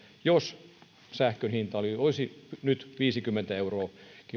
jos sähkön hinta olisi nyt viisikymmentä euroa